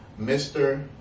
mr